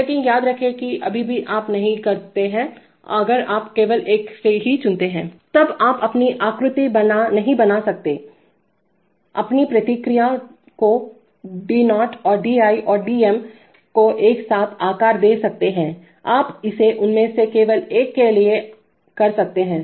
लेकिन याद रखें कि अभी भी आप नहीं करते हैं अगर आप केवल एक सी चुनते हैं तब आप अपनी आकृति नहीं बना सकतेअपनी प्रतिक्रिया को D0 और Di और Dm को एक साथ आकार दे सकते हैंआप इसे उनमें से केवल एक के लिए कर सकते हैं